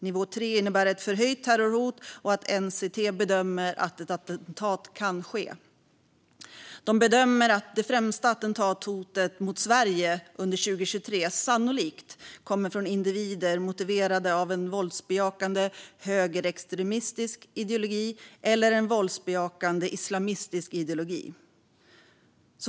Nivå tre innebär ett förhöjt terrorhot och att NCT bedömer att ett attentat kan ske. De bedömer att det främsta attentatshotet mot Sverige under 2023 sannolikt kommer från individer motiverade av en våldsbejakande högerextremistisk ideologi eller en våldsbejakande islamistisk ideologi.